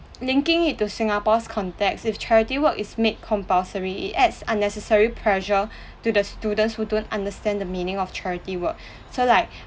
linking it to singapore's context if charity work is made compulsory it adds unnecessary pressure to the students who don't understand the meaning of charity work so like